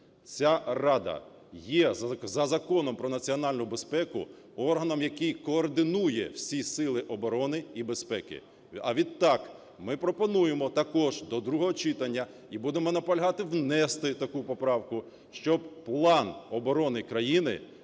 Ця рада є за Законом "Про національну безпеку" органом, який координує всі сили оборони і безпеки, а відтак ми пропонуємо також до другого читання і будемо наполягати внести таку поправку, щоб план оборони країни